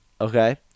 Okay